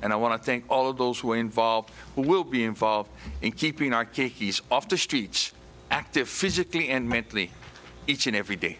and i want to thank all of those who were involved will be involved in keeping our kid he's off the streets active physically and mentally each and every day